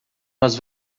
nós